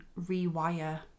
rewire